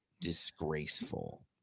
disgraceful